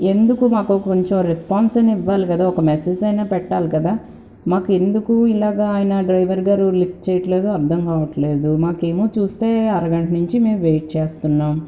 ఎందుకు మాకు కొంచెం రెస్పాన్స్ అయిన ఇవ్వాలి కదా ఒక మెస్సేజ్ అయినా పెట్టాలి కదా మాకు ఎందుకు ఇలాగ ఆయన డ్రైవర్గారు లిఫ్ట్ చేయట్లేదో అర్ధం కావట్లేదు మాకేమో చూస్తే అరగంట నుంచి మేము వెయిట్ చేస్తున్నాం